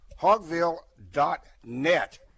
Hogville.net